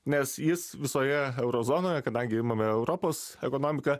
nes jis visoje euro zonoje kadangi imame europos ekonomiką